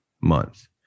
month